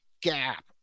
gap